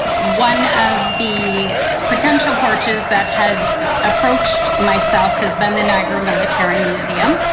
one of the potential porches that has approached myself has been the niagra military museum.